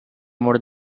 more